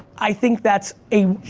i think that's a,